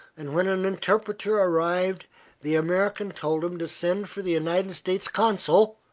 and when an interpreter arrived the american told him to send for the united states consul